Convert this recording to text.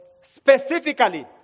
specifically